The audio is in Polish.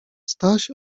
staś